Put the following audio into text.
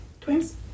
twins